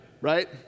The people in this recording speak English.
right